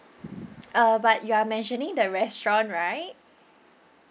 uh but you are mentioning the restaurant right